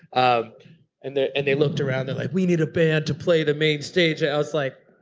um and they're and they looked around, they're like, we need a band to play the main stage. i was like,